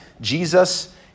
Jesus